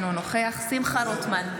אינו נוכח שמחה רוטמן,